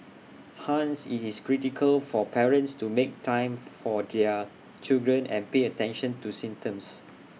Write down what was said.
hence IT is critical for parents to make time for their children and pay attention to symptoms